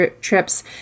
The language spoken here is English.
trips